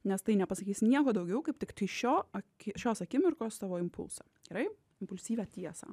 nes tai nepasakys nieko daugiau kaip tiktai šio aki šios akimirkos tavo impulsą gerai impulsyvią tiesą